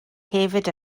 hefyd